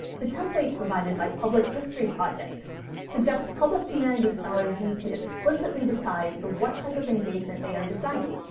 the template provided by public history projects suggests public humanities scholars need to explicitly decide for what type of engagement they are designing.